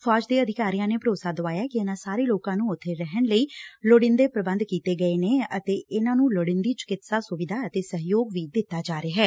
ਫੌਜ ਦੇ ਅਧਿਕਾਰੀਆਂ ਨੇ ਭਰੋਸਾ ਦਵਾਇਆ ਕਿ ਇਨੂਾਂ ਸਾਰੇ ਲੋਕਾਂ ਨੂੰ ਉਥੇ ਰੱਖਣ ਲਈ ਲੋੜੀਂਦੇ ਪ੍ਰਬੰਧ ਕੀਤੇ ਗਏ ਨੇ ਅਤੇ ਇਨਾਂ ਨੂੰ ਲੋੜੀਂਦੇ ਚਿਕਿਤਸਾ ਸੁਵਿਧਾ ਅਤੇ ਸਹਿਯੋਗ ਦਿੱਤਾ ਜਾ ਰਿਹੈ